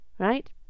Right